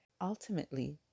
Ultimately